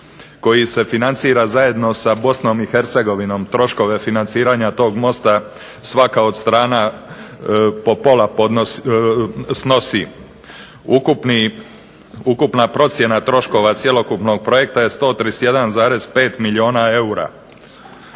koji se financira zajedno da Bosnom i Hercegovinom. Troškove financiranja toga mosta svaka od strana po pola snosi. Ukupna procjena troškova cjelokupnog projekta 131,5 milijuna eura.